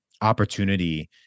opportunity